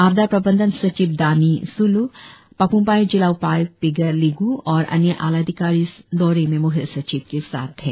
आपदा प्रबंधन सचिव दानी सुल् पाप्म पारे जिला उपायुक्त पिगे लिग् और अन्य आला अधिकारी इस दौरे में म्ख्य सचिव के साथ थे